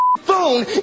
phone